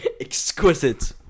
exquisite